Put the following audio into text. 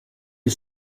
his